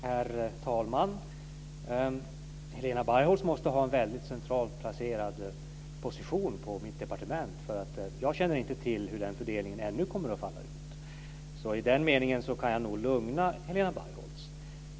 Herr talman! Helena Bargholtz måste ha en väldigt centralt placerad position på mitt departement, för jag känner ännu inte till hur den fördelningen kommer att falla ut. I den meningen kan jag nog lugna Helena Bargholtz.